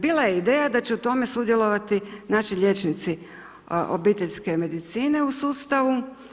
Bila je ideja da će u tome sudjelovati naši liječnici obiteljske medicine u sustavu.